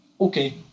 okay